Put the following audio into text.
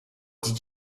did